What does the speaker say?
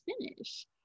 finish